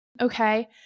okay